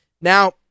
Now